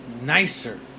nicer